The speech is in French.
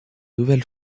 nouvelle